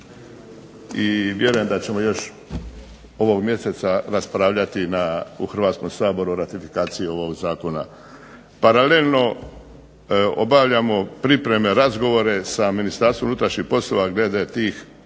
i vjerujem da ćemo još ovog mjeseca raspravljati u Hrvatskom saboru o ratifikaciji ovog zakona. Paralelno obavljamo pripremne razgovore sa Ministarstvom unutrašnjih poslova glede tih